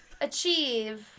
Achieve